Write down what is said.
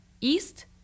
east